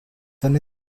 eine